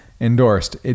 Endorsed